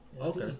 Okay